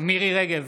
מירי מרים רגב,